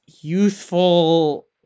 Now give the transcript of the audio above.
youthful